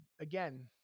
Again